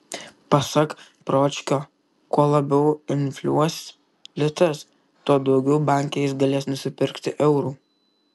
pasak pročkio kuo labiau infliuos litas tuo daugiau banke jis galės nusipirkti eurų